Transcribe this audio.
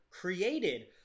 created